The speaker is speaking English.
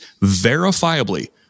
verifiably